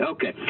Okay